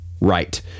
right